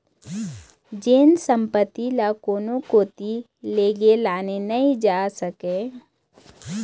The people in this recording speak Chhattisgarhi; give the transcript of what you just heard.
जेन संपत्ति ल कोनो कोती लेगे लाने नइ जा सकय